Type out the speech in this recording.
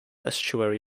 estuary